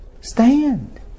stand